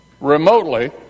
remotely